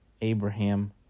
Abraham